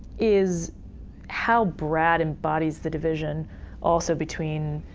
is how brat embodies the division also between